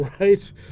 right